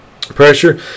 pressure